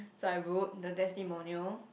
so I wrote the testimonial